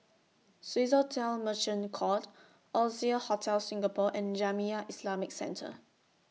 Swissotel Merchant Court Oasia Hotel Singapore and Jamiyah Islamic Centre